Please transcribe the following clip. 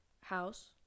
house